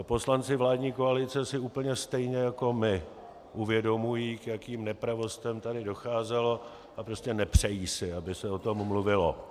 Poslanci vládní koalice si úplně stejně jako my uvědomují, k jakým nepravostem tady docházelo, a prostě nepřejí si, aby se o tom mluvilo.